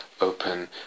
open